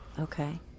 okay